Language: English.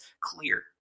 clear